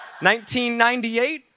1998